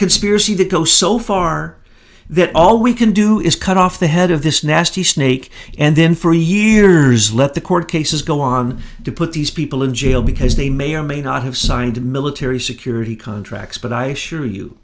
conspiracy that go so far that all we can do is cut off the head of this nasty snake and then for years let the court cases go on to put these people in jail because they may or may not have signed military security contracts but i assure you